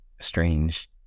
strange